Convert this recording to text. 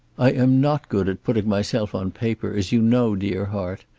i am not good at putting myself on paper, as you know, dear heart.